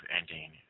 ending